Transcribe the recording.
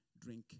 drink